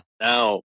now